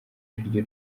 ariryo